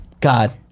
God